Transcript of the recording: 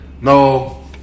No